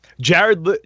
Jared